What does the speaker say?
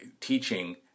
teaching